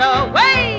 away